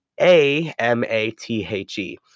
A-M-A-T-H-E